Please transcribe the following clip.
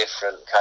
different